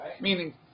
Meaning